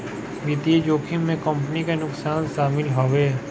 वित्तीय जोखिम में कंपनी के नुकसान शामिल हवे